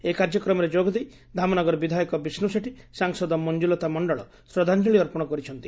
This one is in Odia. ଏହି କାର୍ଯ୍ୟକ୍ରମରେ ଯୋଗଦେଇ ଧାମନଗର ବିଧାୟକ ବିଷ୍ଷୁ ସେଠୀ ସାଂସଦ ମଂଜୁଲତା ମଣ୍ଡଳ ଶ୍ରଦ୍ଧାଞ୍ଞଳି ଅର୍ପଣ କରିଛନ୍ତି